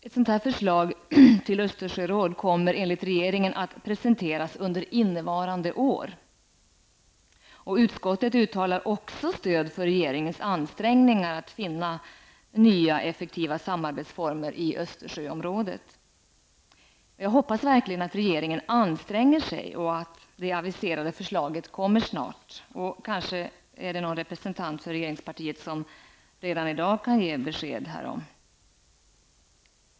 Ett förslag till ett sådant Östersjöråd kommer enligt regeringen att presenteras under innevarande år. Utskottet uttalar också stöd för regeringens ansträngningar att finna nya, effektiva samarbetsformer i Östersjöområdet. Jag hoppas verkligen att regeringen anstränger sig och att det aviserade förslaget kommer snart. Kanske är det någon representant för regeringspartiet som redan i dag kan ge besked härom.